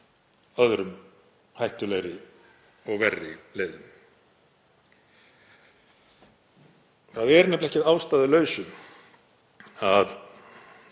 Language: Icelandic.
öðrum hættulegri og verri leiðum. Það er nefnilega ekki að ástæðulausu að